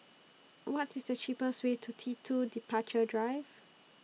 What IS The cheapest Way to T two Departure Drive